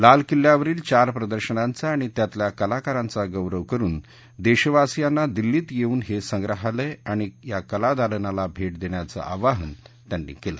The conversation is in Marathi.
लाल किल्ल्यावरील चार प्रदर्शनाचा आणि त्यातल्या कलाकारांचा गौरव करुन देशवासीयांना दिल्लीत येऊन हे संग्रहालय आणि कलादालनाला भेट देण्याचं आवाहन त्यांनी केलं